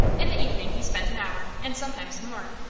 in the evening he spent an hour, and sometimes more,